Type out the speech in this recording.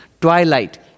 twilight